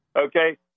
okay